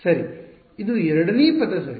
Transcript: ಸರಿ ಇದು ಎರಡನೇ ಪದ ಸರಿ